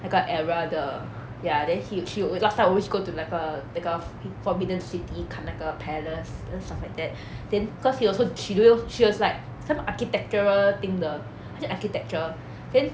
那个 era 的 ya then he~ she will last time always go to 那个那个 forbidden city 看那个 palace you know stuff like that then cause he also she don't k~ she was like some architectural thing 的好像 architecture then